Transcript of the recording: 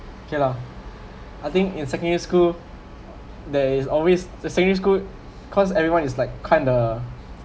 okay lah I think in secondary school there is always the sayings good cause everyone is like kinda